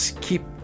keep